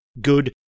good